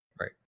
Right